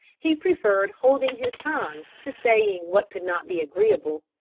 he preferred holding his tongue to saying what could not be agreeable.